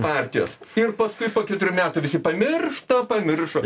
partijos ir paskui po keturių metų visi pamiršta pamiršo